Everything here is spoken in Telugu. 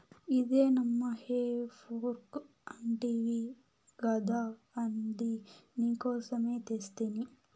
ఇదే నమ్మా హే ఫోర్క్ అంటివి గదా అది నీకోసమే తెస్తిని